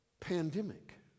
pandemic